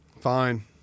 fine